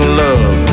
love